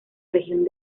región